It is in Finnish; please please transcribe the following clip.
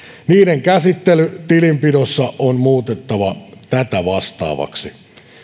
niiden käsittely tilinpidossa on muutettava tätä vastaavaksi